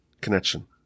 connection